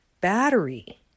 battery